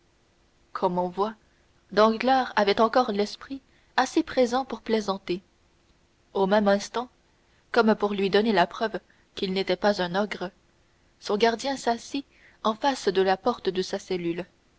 comme on voit danglars avait encore l'esprit assez présent pour plaisanter au même instant comme pour lui donner la preuve qu'il n'était pas un ogre son gardien s'assit en face de la porte de sa cellule